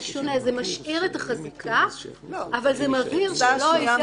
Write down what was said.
זה משאיר את החזקה אבל זה מבהיר שלא ייתן